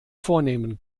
vornehmen